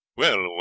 Well